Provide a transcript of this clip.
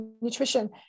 nutrition